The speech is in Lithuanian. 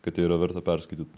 kad tai yra verta perskaityt